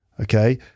Okay